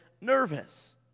nervous